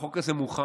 החוק הזה מוכן,